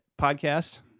podcast